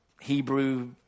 Hebrew